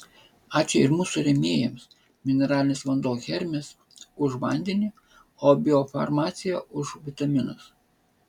ačiū ir mūsų rėmėjams mineralinis vanduo hermis už vandenį o biofarmacija už vitaminus